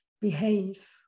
behave